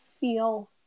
feel